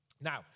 Now